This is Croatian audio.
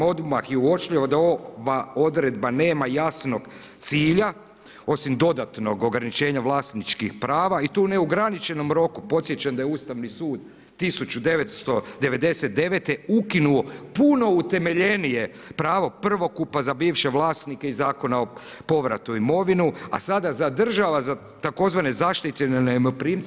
Odmah je uočljivo da ova odredba nema jasnog cilja, osim dodatnog ograničenja vlasničkih prava i to u neograničenom roku podsjećam da je Ustavni sud 1999. ukinuo puno utemeljenije pravo prvokupa za bivše vlasnike iz Zakona o povratu imovine, a sada zadržava također zaštićene najmoprimce.